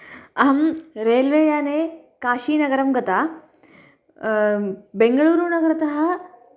अहं रेल्वे याने काशीनगरं गता बेङ्गलुरुनगरतः